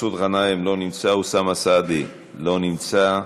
מסעוד גנאים, לא נמצא, אוסאמה סעדי, לא נמצא,